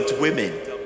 women